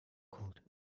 cold